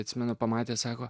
atsimenu pamatė sako